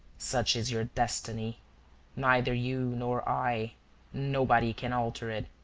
such is your destiny neither you nor i nobody can alter it.